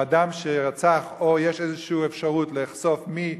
שאדם שרצח או שיש איזושהי אפשרות לחשוף מי,